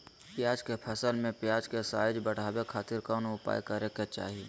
प्याज के फसल में प्याज के साइज बढ़ावे खातिर कौन उपाय करे के चाही?